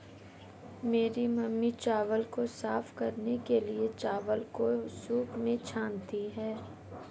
मेरी मामी चावल को साफ करने के लिए, चावल को सूंप में छानती हैं